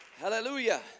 Hallelujah